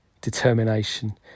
determination